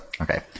okay